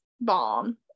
bomb